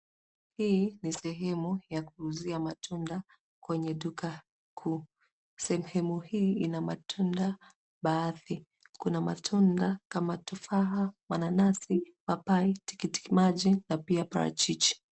Hii ni sehemu ya kuuzia matunda kwenye duka kuu. Sehemu hii ina matunda baadhi. Kuna matunda kama furaha, mananasi, tikiti maji na pia parachichi.